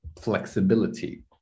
flexibility